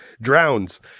drowns